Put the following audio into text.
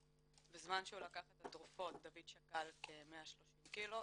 בזמן שהוא לקח את התרופות דוד שקל כ-130 קילו,